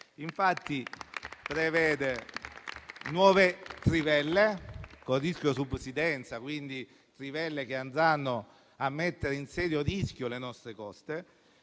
Infatti prevede nuove trivelle, con il rischio subsidenza, che andranno a mettere in serio rischio le nostre coste.